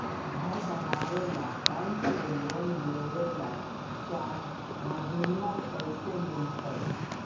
घर बनावे ल बैंक से लोन लेवे ल चाह महिना कैसे मिलतई?